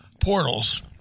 portals